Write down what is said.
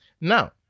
Now